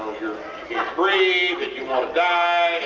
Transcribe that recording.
you cant breathe, and you want to die,